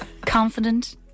Confident